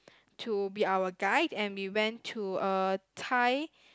to be our guide and we went to a Thai